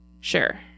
sure